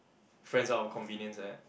friends out of convenience like that